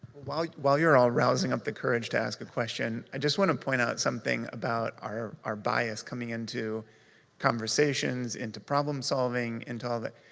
while while you're all rousing up the courage to ask a question, i just wanna point out something about our our bias coming into conversations, into problem solving, into all that.